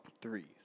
threes